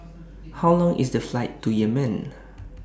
How Long IS The Flight to Yemen